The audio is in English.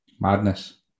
Madness